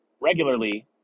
regularly